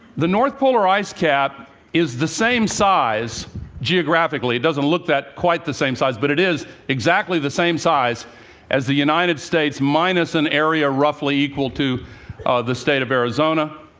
the north polar ice cap is the same size geographically doesn't look quite the same size but it is exactly the same size as the united states, minus an area roughly equal to the state of arizona.